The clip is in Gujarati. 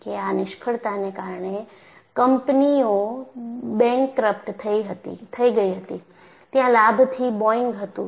કે આ નિષ્ફળતાને કારણે કંપનીઓ બેન્કૃપ્ટ થઈ ગઈ હતી ત્યાં લાભથી બોઈંગ હતું